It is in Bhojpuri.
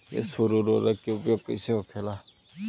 स्फुर उर्वरक के उपयोग कईसे होखेला?